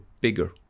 bigger